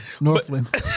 Northland